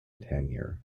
tenure